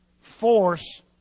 force